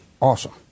awesome